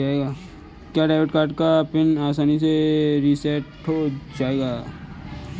क्या debit card का pin आसानी से रीसेट हो जाएगा?